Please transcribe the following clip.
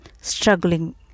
struggling